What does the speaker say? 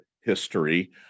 history